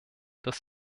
des